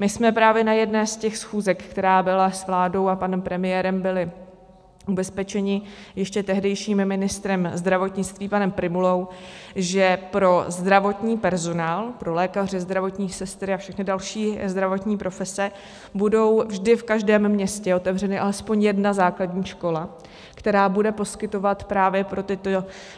My jsme právě na jedné z těch schůzek, která byla s vládou a panem premiérem, byli ubezpečeni ještě tehdejším ministrem zdravotnictví panem Prymulou, že pro zdravotní personál, pro lékaře, zdravotní sestry a všechny další zdravotní profese bude vždy v každém městě otevřena alespoň jedna základní škola, která bude poskytovat právě pro